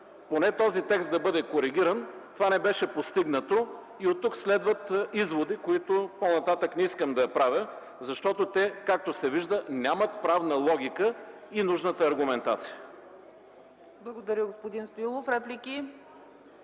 този текст да бъде коригиран, това не беше постигнато и оттук следват изводи, които по-нататък не искам да правя, защото те, както се вижда, нямат правната логика и нужната аргументация. ПРЕДСЕДАТЕЛ ЦЕЦКА ЦАЧЕВА: Благодаря, господин Стоилов. Реплики?